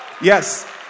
Yes